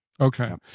Okay